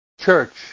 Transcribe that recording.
Church